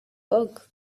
bug